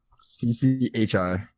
C-C-H-I